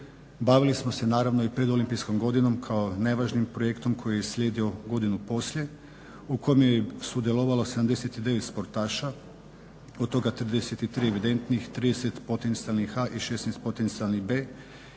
Bavili smo se naravno i pred olimpijskom godinom kao najvažnijim projektom koji je slijedio godinu poslije u kome je sudjelovalo 79 sportaša, od toga 33 evidentnih, 30 potencijalnih A i 16 potencijalnih B.